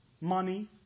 money